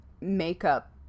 makeup